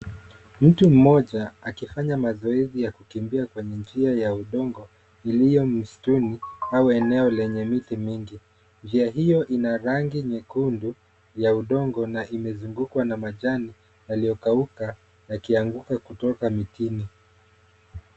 Mtu mmoja akifanya mazoezi ya kukimbia kwenye njia ya udongo iliyo msituni au eneo lenye miti mingi. Njia hio ina rangi nyekundu ya udongo na imezungukwa na majani yaliyokauka yakianguka kutoka mtini.